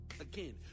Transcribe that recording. Again